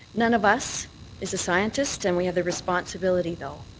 none of us is a scientist, and we have a responsibility, though,